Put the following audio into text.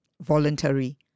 voluntary